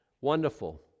Wonderful